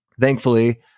thankfully